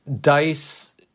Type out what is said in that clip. Dice